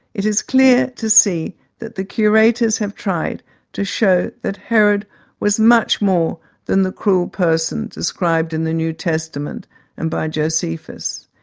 it is clear to see that the curators have tried to show that herod was much more than the cruel person described in the new testament and by josephus.